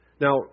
Now